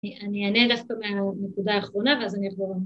‫אני אענה דווקא מהנקודה האחרונה ‫ואז אני אעבור.